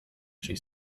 she